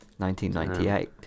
1998